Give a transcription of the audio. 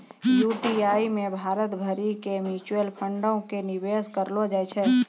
UTI मे भारत भरि के म्यूचुअल फंडो के निवेश करलो जाय छै